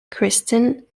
kristin